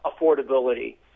Affordability